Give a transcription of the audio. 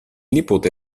nipote